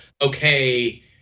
okay